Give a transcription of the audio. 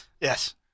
Yes